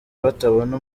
batabona